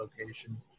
location